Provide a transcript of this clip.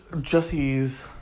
Jesse's